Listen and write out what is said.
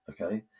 Okay